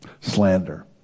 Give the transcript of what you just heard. Slander